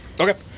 Okay